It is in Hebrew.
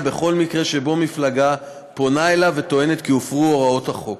בכל מקרה שמפלגה פונה אליו וטוענת כי הופרו הוראות החוק.